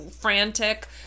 frantic